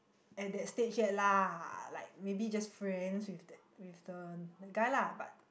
at that stage yet lah like maybe just friends with that with the the guy lah but